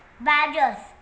badgers